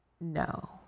No